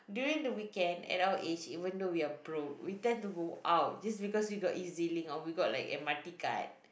during the weekend at our age even though we're broke we tend to go out just because we got Ezlink or we got like M_R_T card